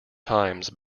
times